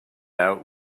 out